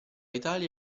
italia